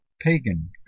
pagan